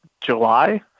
July